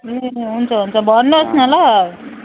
ए हुन्छ हुन्छ भन्नुहोस् न ल